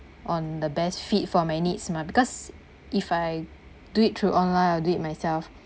on the best fit for my needs mah because if I do it through online or do it myself